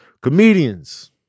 comedians